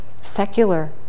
secular